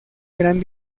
gran